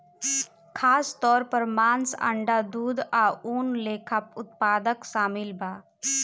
खासतौर पर मांस, अंडा, दूध आ ऊन लेखा उत्पाद शामिल बा